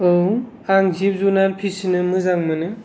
औ आं जिब जुनार फिसिनो मोजां मोनो